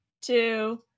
two